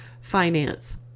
finance